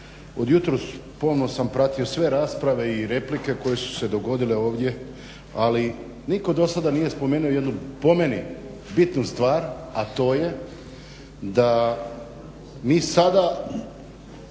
od jutros pomno sam pratio sve rasprave i replike koje su se dogodile ovdje ali nitko do sada nije spomenuo jednu po meni bitnu stvar a to je da mi sada